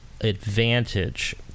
advantage